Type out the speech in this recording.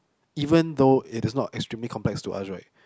even though it is not extremely complex to us right